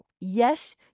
Yes